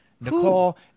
nicole